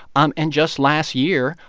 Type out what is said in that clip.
um and just last year,